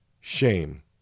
Shame